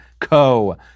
Co